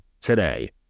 today